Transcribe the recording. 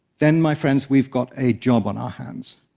then, my friends, we've got a job on our hands,